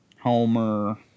Homer